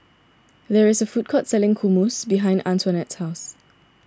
there is a food court selling Hummus behind Antonette's house